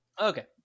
Okay